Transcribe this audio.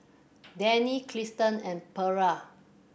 Danny Krysta and Perla